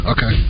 Okay